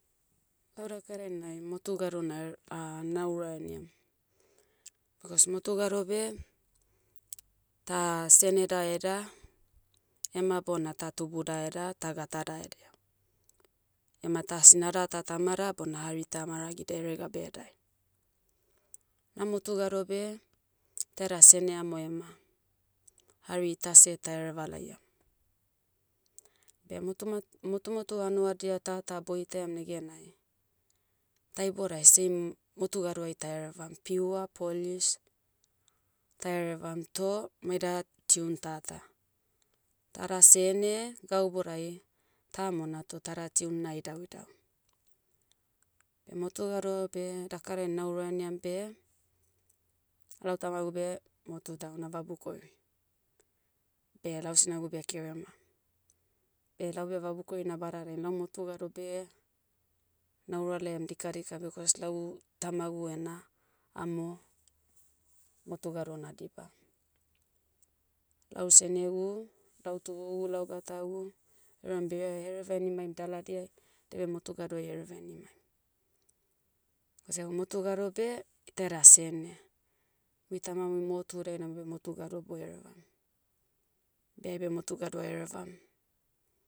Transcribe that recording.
Lau daka dainai motu gado naere- naura eniam. Bikos motu gado beh, ta seneda eda, ema bona ta tubuda eda ta gatada edia. Ema ta sinada ta tamada bona hari ta maragida eregabe edai. Na motu gado beh, tada sene amo ema, hari ita seh taereva laiam. Beh motu mat- motu motu anuadia tata boitaiam negenai, ta ibodai same, motu gadaoai taerevam, pure polis, taerevam toh, maeda, tune tata. Tada sene, gau bodai, tamona toh tada tune na idauidau. Beh motu gado beh daka dain naura eniam beh, lau tamagu beh, motu tauna vabukori. Beh lau sinagu beh kerema. Beh laube vabukori nabada dain lau motu gado beh, naura laiam dikadika bikos lau, tamagu ena, amo, motu gado nadiba. Lau senegu, lau tubugu lau gatagu, euram beie hereva henimaim daladiai, dia beh motu gado ei hereva henimaim. Kosegu motu gado beh, iteda sene. Mui tamamui motu dainai mui beh motu gado boherevam. Beh aibe motu gado aherevam.